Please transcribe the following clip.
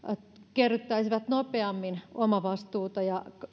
kerryttäisivät nopeammin omavastuuta ja